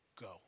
Go